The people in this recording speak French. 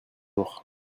jour